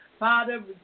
Father